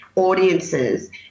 audiences